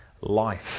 life